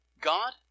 God